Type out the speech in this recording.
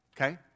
Okay